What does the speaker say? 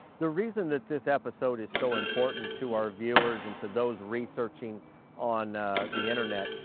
the reason that this episode is so important to our viewers, into those researching on the internet,